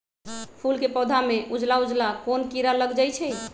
फूल के पौधा में उजला उजला कोन किरा लग जई छइ?